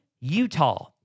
Utah